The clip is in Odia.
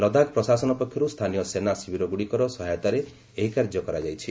ଲଦାଖ୍ ପ୍ରଶାସନ ପକ୍ଷରୁ ସ୍ଥାନୀୟ ସେନା ଶିବିରଗୁଡ଼ିକର ସହାୟତାରେ ଏହି କାର୍ଯ୍ୟ କରାଯାଇଛି